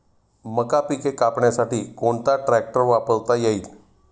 मका पिके कापण्यासाठी कोणता ट्रॅक्टर वापरता येईल?